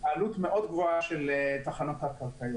-- כי זו עלות מאוד גבוהה של תחנות תת-קרקעיות.